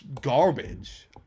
garbage